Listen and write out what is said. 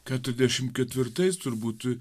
ketriasdešim ketvirtais turbūt